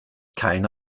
keine